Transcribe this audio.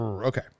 okay